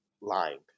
lying